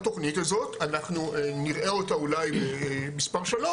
התוכנית הזאת אנחנו נראה אותה אולי במספר 3,